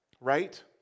right